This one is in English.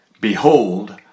Behold